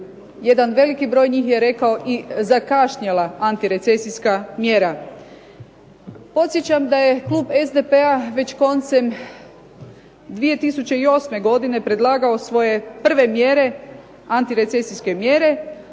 jedan veliki broj njih je rekao zakašnjela antirecesijska mjera. Podsjećam da je Klub SDP-a već koncem 2008. godine predlagao svoje prve antirecesijske mjere,